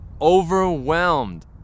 overwhelmed